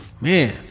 Man